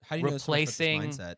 replacing